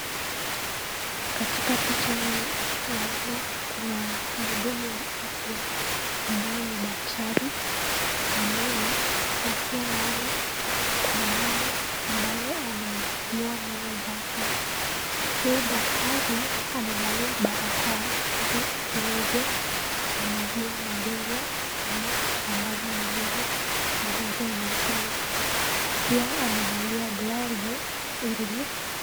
Katika picha hii naona kuna mhudumu wa afya ambaye ni daktari wa meno. Na pia naona kuna mama ambaye anaangaliwa meno zake. Huu daktari amevalia barakoa ili asiweze kusambaziwa magonjwa ama kusambaza magonjwa kwa wagonjwa wengine. Pia amevalia glavu ili.